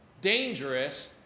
dangerous